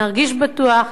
נרגיש בטוח,